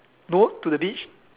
no to the beach